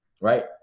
right